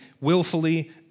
willfully